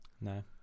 No